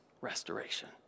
restoration